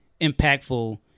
impactful